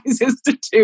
Institute